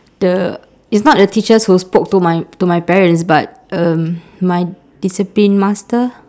the it's not the teachers who spoke to my to my parents but um my discipline master